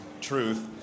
truth